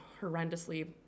horrendously